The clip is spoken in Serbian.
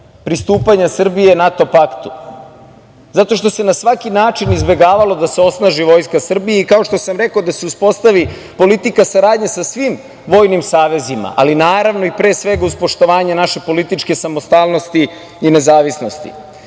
pristupanja Srbije NATO paktu, zato što se na svaki način izbegavalo da se osnaži Vojska Srbije i kao što sam rekao da se uspostavi politika saradnje sa svim vojnim savezima, ali naravno i pre svega uz poštovanje naše političke samostalnosti i nezavisnosti. Kada